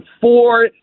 four